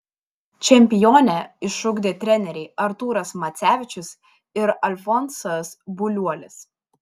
čempionę išugdė treneriai artūras macevičius ir alfonsas buliuolis